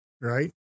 right